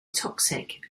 toxic